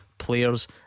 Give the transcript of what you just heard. Players